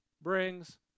brings